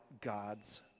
God's